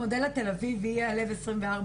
המודל התל אביבי יעלה ב-24/7,